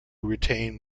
retain